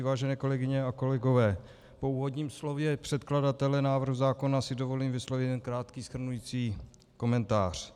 Vážené kolegyně a kolegové, po úvodním slově předkladatele návrhu zákona si dovolím vyslovit krátký shrnující komentář.